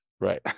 Right